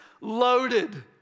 loaded